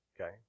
Okay